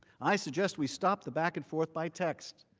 i suggest we stop the back-and-forth by text.